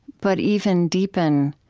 but even deepen